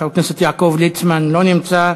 חבר הכנסת יעקב ליצמן, לא נמצא.